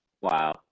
Wow